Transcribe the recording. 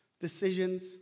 decisions